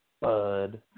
bud